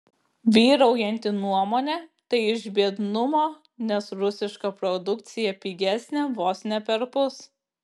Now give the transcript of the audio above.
vyraujanti nuomonė tai iš biednumo nes rusiška produkcija pigesnė vos ne perpus